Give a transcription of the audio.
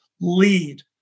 lead